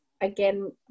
again